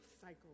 cycle